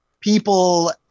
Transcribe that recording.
people